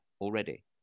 already